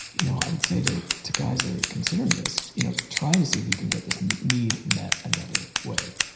you know i would say to to guys ah considering this you know try to see if you can get this need met another way.